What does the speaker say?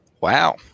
Wow